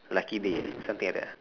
lucky day something like that ah